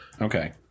okay